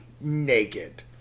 naked